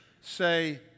say